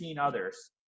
others